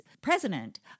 president